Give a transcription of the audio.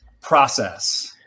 process